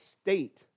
state